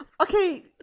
Okay